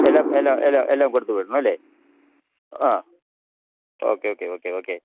എല്ലാം എല്ലാം എല്ലാം എല്ലാം കൊടുത്ത് വിടണം അല്ലേ ആ okay okay okay okay okay